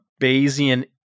Bayesian